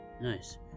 nice